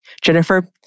Jennifer